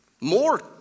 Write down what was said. More